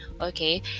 Okay